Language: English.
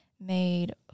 made